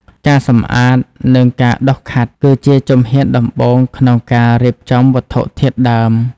ការសម្អាត និងការដុសខាត់ គឺជាជំហានដំបូងក្នុងការរៀបចំវត្ថុធាតុដើម។